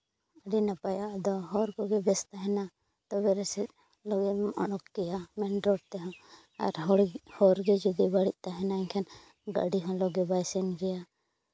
ᱟᱹᱰᱤ ᱱᱟᱯᱟᱭᱟ ᱟᱫᱚ ᱦᱚᱨ ᱠᱚᱜᱮ ᱵᱮᱥ ᱛᱟᱦᱮᱱᱟ ᱛᱚᱵᱮ ᱨᱮᱥᱮ ᱞᱚᱜᱚᱱᱚᱜᱼᱟ ᱢᱮᱱ ᱨᱳᱰ ᱛᱮᱦᱚᱸ ᱟᱨ ᱦᱚᱨ ᱦᱚᱨᱜᱮ ᱡᱩᱫᱤ ᱵᱟᱹᱲᱤᱡ ᱛᱟᱦᱮᱱᱟ ᱮᱱᱠᱷᱟᱱ ᱜᱟᱹᱰᱤ ᱦᱚᱸ ᱞᱟᱜᱮ ᱵᱟᱭ ᱥᱮᱱ ᱠᱮᱭᱟ